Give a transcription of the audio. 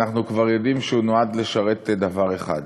אנחנו כבר יודעים שהוא נועד לשרת דבר אחד,